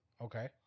Okay